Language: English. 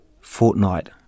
fortnight